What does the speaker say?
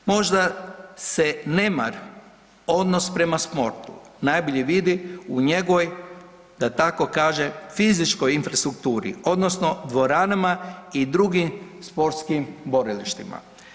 Možda se nemar odnos prema sportu najbolje vidi u njegovoj da tako kažem fizičkoj infrastrukturi odnosno dvoranama i drugim sportskim borilištima.